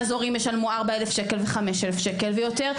אז הורים ישלמו 4,000 ו-5,000 שקל ויותר.